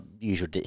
Usual